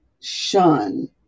shun